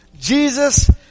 Jesus